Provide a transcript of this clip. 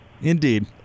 Indeed